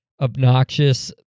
obnoxious